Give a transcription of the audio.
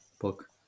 book